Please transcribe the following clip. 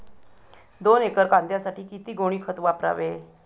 दोन एकर कांद्यासाठी किती गोणी खत वापरावे?